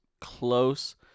close